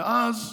ואז,